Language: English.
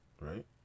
Right